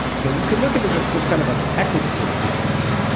so, you could look at as a just kind of an equity sort of situation.